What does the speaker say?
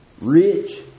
Rich